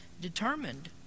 determined